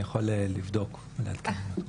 אני יכול לבדוק את זה ולעדכן.